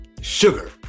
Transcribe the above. sugar